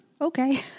Okay